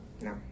No